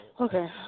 Okay